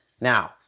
Now